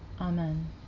Amen